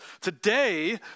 today